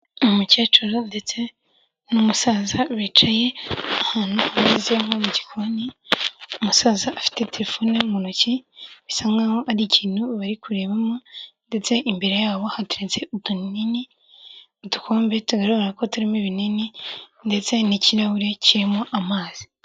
Umukecuru ndetse n'umusaza bicaye ahantu hameze nko mu gikoni, umusaza afite telefone mu ntoki, bisa nk'aho hari ikintu bari kurebamo, ndetse imbere yabo hatetse utunini, udukombe tugaragara ko turimo ibinini, ndetse n'ikirarahure kirimo amazi.